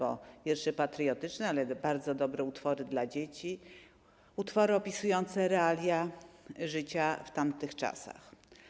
To nie tylko wiersze patriotyczne, ale też bardzo dobre utwory dla dzieci, utwory opisujące realia życia w tamtych czasach.